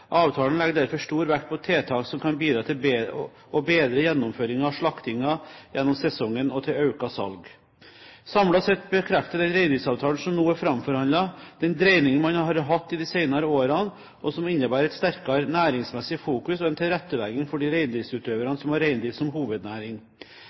Avtalen legger derfor stor vekt på tiltak som kan bidra til å bedre gjennomføringen av slaktingen gjennom sesongen og til økt salg. Samlet sett bekrefter den reindriftsavtalen som nå er framforhandlet, den dreining man har hatt i de senere årene, og som innebærer et sterkere næringsmessig fokus og en tilrettelegging for de